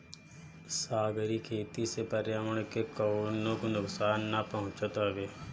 सागरी खेती से पर्यावरण के कवनो नुकसान ना पहुँचत हवे